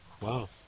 Wow